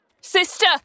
Sister